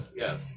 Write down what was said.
yes